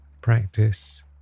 practice